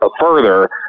further